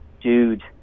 dude